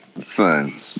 son